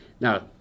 Now